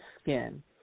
skin